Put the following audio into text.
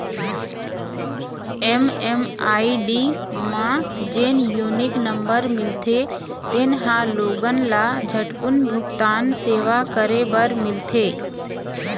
MMID म जेन unique number मिलथे तेन ह लोगन ल झटकून भूगतान सेवा करे बर मिलथे